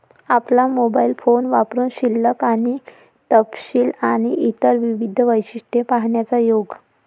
आपला mobile phone वापरुन शिल्लक आणि तपशील आणि इतर विविध वैशिष्ट्ये पाहण्याचा योग